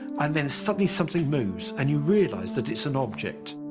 and then suddenly something moves and you realise that it's an object.